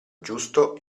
giusto